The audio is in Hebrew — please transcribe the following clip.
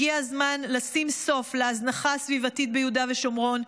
הגיע הזמן לשים סוף להזנחה הסביבתית ביהודה ושומרון.